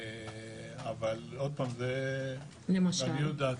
אבל עוד פעם, זה לעניות דעתי.